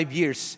years